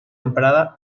emprada